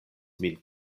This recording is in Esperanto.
min